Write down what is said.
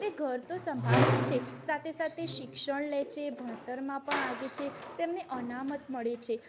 તે ઘર સંભાળે જ છે સાથે સાથે શિક્ષણ લે છે ભણતરમાં પણ આગે છે તેમને અનામત મળે છે